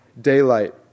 daylight